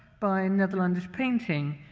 by netherlandish painting,